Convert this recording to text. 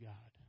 God